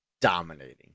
Dominating